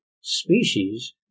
species